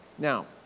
Now